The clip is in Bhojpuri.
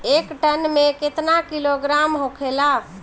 एक टन मे केतना किलोग्राम होखेला?